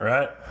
Right